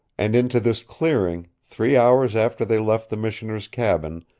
and into this clearing, three hours after they left the missioner's cabin,